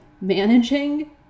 managing